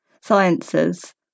Sciences